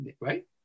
right